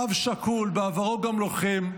אב שכול ובעברו גם לוחם,